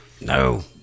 No